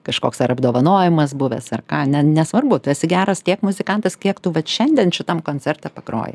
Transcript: kažkoks ar apdovanojimas buvęs ar ką ne nesvarbu tu esi geras tiek muzikantas kiek tu vat šiandien šitam koncerte pagrojai